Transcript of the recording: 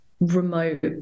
remote